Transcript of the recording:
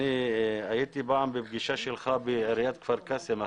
אני הייתי פעם בפגישה שלך בעיריית כפר קאסם,